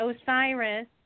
Osiris